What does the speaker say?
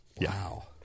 Wow